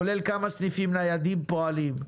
כולל כמה סניפים ניידים פועלים.